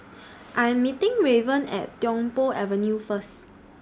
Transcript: I'm meeting Raven At Tiong Poh Avenue First